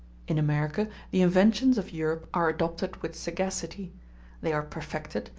in america, the inventions of europe are adopted with sagacity they are perfected,